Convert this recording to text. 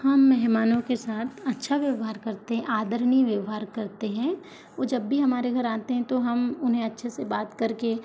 हम मेहमानों के साथ अच्छा व्यवहार करते आदरणीय व्यवहार करते हैं वो जब भी हमारे घर आते हैं तो हम उन्हें अच्छे से बात करके